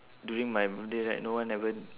during my birthday right no one haven't